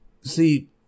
See